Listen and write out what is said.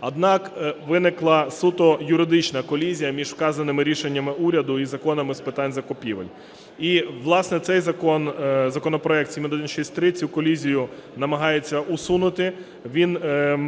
Однак виникла суто юридична колізія між вказаними рішеннями уряду і законами з питань закупівель. І, власне, цей законопроект 7163 цю колізію намагається усунути, він